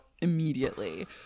immediately